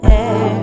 air